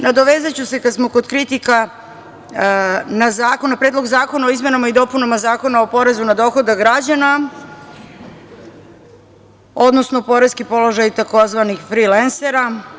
Nadovezaću se kada smo kod kritika na Predlog zakona o izmenama i dopunama Zakona o porezu na dohodak građana, odnosno poreski položaj tzv. frilensera.